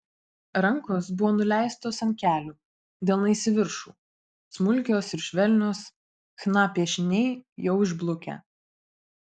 rankos buvo nuleistos ant kelių delnais į viršų smulkios ir švelnios chna piešiniai jau išblukę